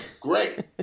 Great